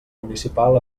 municipal